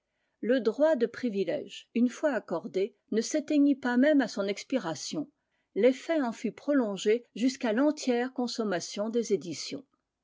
le droit de privilège une fois accordé ne s'éteignit pas même à son expiration l'effet en fut prolongé jusqu'à l'entière consommation des éditions